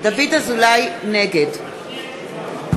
נגד בן צור פה.